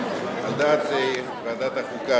על דעת ועדת החוקה,